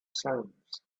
sands